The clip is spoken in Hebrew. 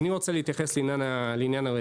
אני רוצה להתייחס לעניין הווסטים.